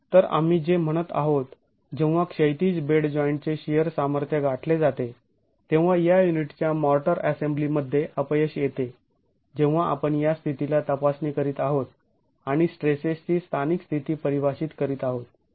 तर आम्ही जे म्हणत आहोत जेव्हा क्षैतिज बेड जॉईंटचे शिअर सामर्थ्य गाठले जाते तेव्हा या युनिटच्या मॉर्टर असेंब्लीमध्ये अपयश येते जेव्हा आपण या स्थितीला तपासणी करीत आहोत आणि स्ट्रेसेसची स्थानिक स्थिती परिभाषित करीत आहोत